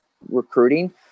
recruiting